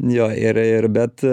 jo ir ir bet